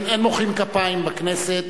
אין מוחאים כפיים בכנסת.